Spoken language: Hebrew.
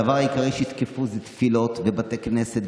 הדבר העיקרי שיתקפו זה תפילות ובתי כנסת,